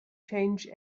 change